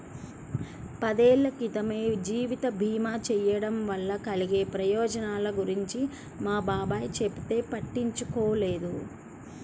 పదేళ్ళ క్రితమే జీవిత భీమా చేయడం వలన కలిగే ప్రయోజనాల గురించి మా బాబాయ్ చెబితే పట్టించుకోలేదు